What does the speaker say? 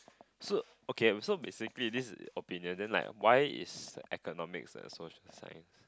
so okay ah so basically this is opinion then like why is economics a social science